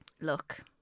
look